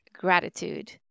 gratitude